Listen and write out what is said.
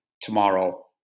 tomorrow